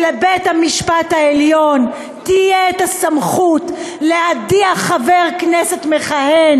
שלבית-המשפט העליון תהיה הסמכות להדיח חבר כנסת מכהן